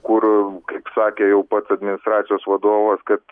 kur kaip sakė jau pats administracijos vadovas kad